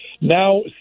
now